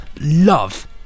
love